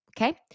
okay